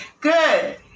Good